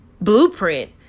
blueprint